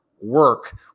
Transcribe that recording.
work